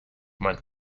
man